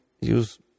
use